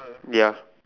ya